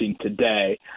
today